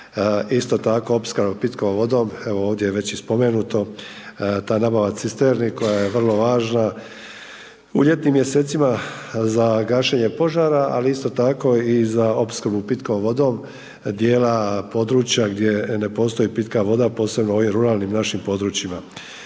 Isto tako opskrba pitkom vodom, evo ovdje već i spomenuto ta nabava cisterni koja je vrlo važna u ljetnim mjesecima za gašenje požara, ali isto tako i za opskrbu pitkom vodom dijela područja gdje ne postoji pitka voda posebno u ovim ruralnim našim područjima.